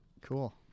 Cool